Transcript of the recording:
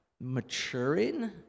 maturing